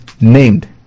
named